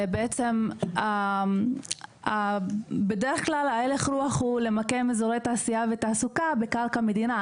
בעצם בדרך כלל ההלך רוח הוא למקם אזורי תעשייה ותעסוקה בקרקע מדינה,